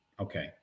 Okay